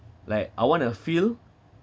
like I want to feel